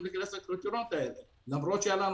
להיכנס לקריטריונים האלה למרות שהיו לנו הוצאות.